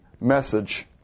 message